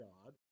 God